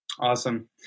Awesome